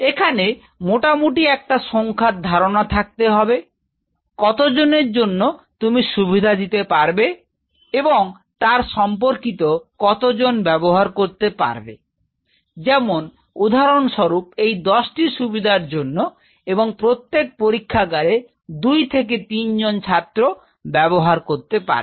এখানে মোটামুটি একটা সংখ্যার ধারণা থাকতে হবে কতজনের জন্য তুমি সুবিধা দিতে পারবে এবং তার সম্পর্কিত কতজন ব্যবহার করতে পারবে যেমন উদাহরণস্বরূপ এই দশটি সুবিধার জন্য এবং প্রত্যেক পরীক্ষাগারে দুই থেকে তিন জন ছাত্র ব্যবহার করতে পারবে